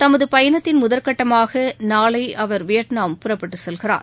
தமதுபயணத்தின் முதற்கட்டமாகநாளைஅவர் வியட்நாம் புறப்பட்டுசெல்கிறார்